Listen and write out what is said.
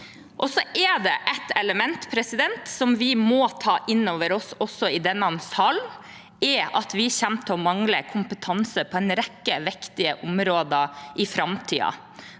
et element som vi må ta inn over oss også i denne sal – at vi kommer til å mangle kompetanse på en rekke viktige områder i framtiden.